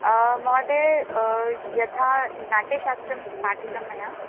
महोदय यथा नाट्यशास्त्रं पाठितं मया